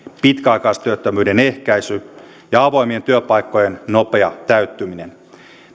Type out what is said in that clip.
pitkäaikaistyöttömyyden ehkäisy ja avoimien työpaikkojen nopea täyttyminen